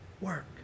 work